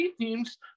teams –